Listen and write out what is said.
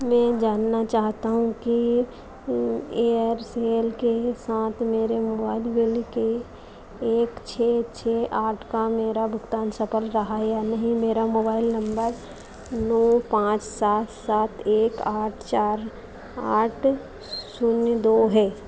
मैं जानना चाहता हूँ कि एयरसेल के साथ मेरे मोबाइल बिल के एक छह छह आठ का मेरा भुगतान सफल रहा या नहीं मेरा मोबाइल नम्बर नौ पाँच सात सात एक आठ चार आठ शून्य दो है